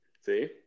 See